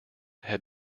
had